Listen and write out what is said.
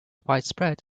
widespread